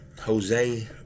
Jose